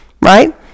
Right